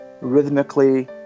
rhythmically